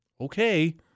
Okay